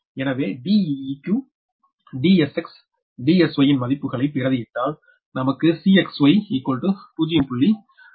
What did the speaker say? எனவே Deq DsxDsy ன் மதிப்புகளை பிரதியிட்டால் நமக்கு Cxy 0